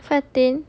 fatin